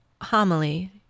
homily